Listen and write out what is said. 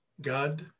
God